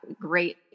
great